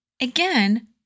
Again